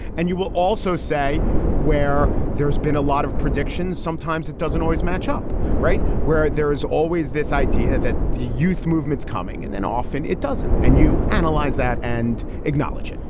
and you will also say where there's been a lot of predictions, sometimes it doesn't always match up right. where there is always this idea that the youth movement's coming and then often it doesn't. and you analyze that and acknowledge it.